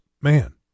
man